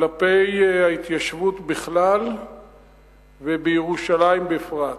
כלפי ההתיישבות בכלל ובירושלים בפרט.